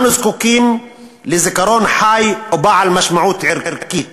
אנו זקוקים לזיכרון חי ובעל משמעות ערכית,